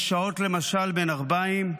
יש שעות, למשל בין ערביים /